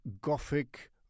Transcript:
gothic